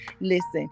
listen